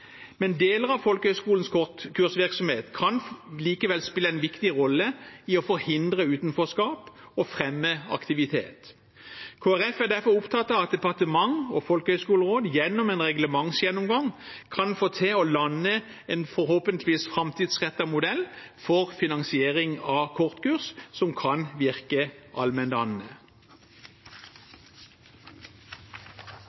men deler av folkehøyskolenes kortkursvirksomhet kan likevel spille en viktig rolle i å forhindre utenforskap og fremme aktivitet. Kristelig Folkeparti er derfor opptatt av at departementet og Folkehøgskolerådet gjennom en reglementsgjennomgang kan få til å lande en forhåpentligvis framtidsrettet modell for finansiering av kortkurs som kan virke allmenndannende.